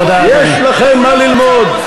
יש לכם מה ללמוד.